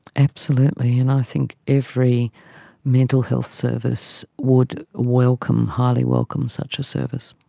absolutely, and i think every mental health service would welcome, highly welcome such a service.